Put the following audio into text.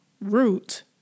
root